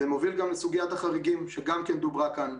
זה מוביל גם לסוגית החריגים שגם כן דוברה כאן.